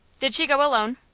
did she go alone?